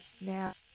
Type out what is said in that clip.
now